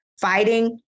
fighting